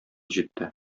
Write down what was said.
җитте